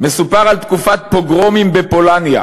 מסופר על תקופת פוגרומים בפולניה,